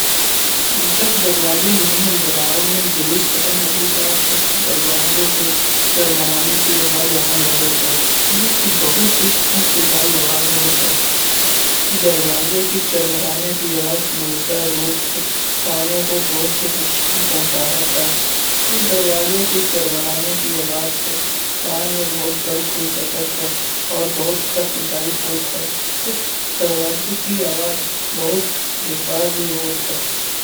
जब दरवाजे में ही दरारो में गिरीश खत्म हो जात हय। तो दरबार में ते चर्मराने की आवाज आवन लगत है। जो कि बहुत ही कष्टदायी आवाज होत है। दरवाजे के चर्मराने की आवाज मौजूद रूप से कानन को बहुत ही नुकसान पहुंचावत है। यह दरवाजों के चार मरने की आवाज ते कान में बहुत दर्द हो सकत है। और बहुत कष्टदायी होत है। तो दरवाजे की आवाज बहुत बेकार भी होत है।